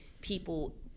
people